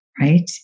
Right